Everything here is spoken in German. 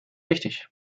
wichtig